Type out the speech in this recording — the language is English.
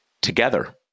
together